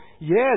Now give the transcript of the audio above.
Yes